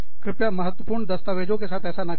कृपया महत्वपूर्ण दस्तावेज़ों के साथ ऐसा ना करें